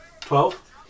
Twelve